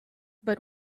but